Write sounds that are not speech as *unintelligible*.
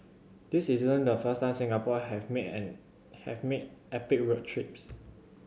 this isn't the first time Singaporean have made *unintelligible* have made epic road trips